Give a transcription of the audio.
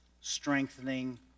strengthening